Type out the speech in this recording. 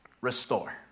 restore